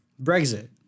Brexit